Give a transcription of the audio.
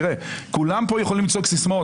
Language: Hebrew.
תראה, כולם פה יכולים למצוא סיסמאות.